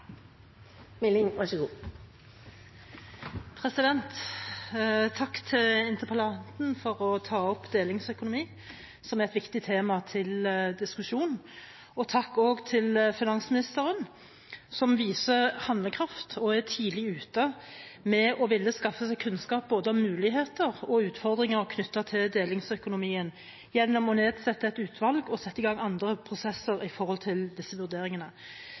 viktig tema, til diskusjon. Takk også til finansministeren som viser handlekraft og er tidlig ute med å ville skaffe seg kunnskap om både muligheter og utfordringer knyttet til delingsøkonomien gjennom å nedsette et utvalg og sette i gang andre